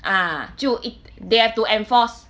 ah 就 it they have to enforce